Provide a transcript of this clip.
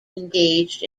engaged